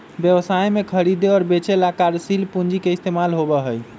व्यवसाय में खरीदे और बेंचे ला कार्यशील पूंजी के इस्तेमाल होबा हई